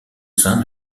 sein